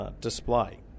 display